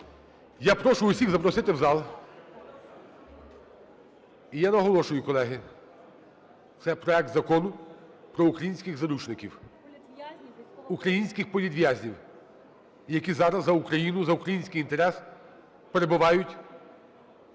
Я прошу всіх запросити в зал. Я наголошую, колеги, це проект Закону про українських заручників, українських політв'язнів, які зараз за Україну, за український інтерес перебувають